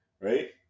right